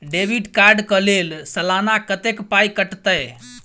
Debit card कऽ लेल सलाना कत्तेक पाई कटतै?